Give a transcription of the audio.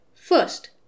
First